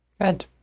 Good